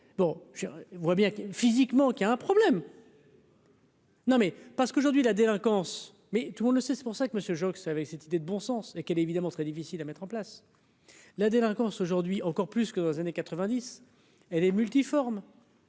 bon, je vois bien que physiquement qu'il y a un problème. Non, mais parce qu'aujourd'hui, la délinquance, mais tout le monde le sait, c'est pour ça que monsieur Joxe avait cette idée de bon sens et qu'elle est évidemment très difficile à mettre en place la délinquance aujourd'hui encore plus qu'aux années 90 elle est multiforme.